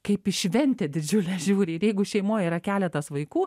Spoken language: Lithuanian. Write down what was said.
kaip į šventę didžiulę žiūri ir jeigu šeimoj yra keletas vaikų